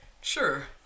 Sure